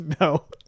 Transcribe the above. No